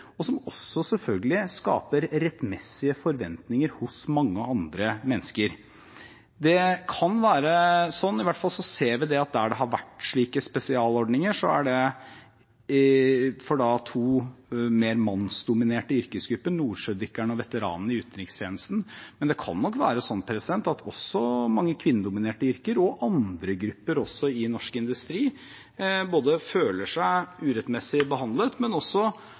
og som selvfølgelig også skaper rettmessige forventninger hos mange andre mennesker. Slike spesialordninger har omfattet to mer mannsdominerte yrkesgrupper, nordsjødykkerne og veteranene i utenrikstjenesten, men det kan også være sånn at mange kvinnedominerte yrker og andre grupper i norsk industri føler seg urettmessig behandlet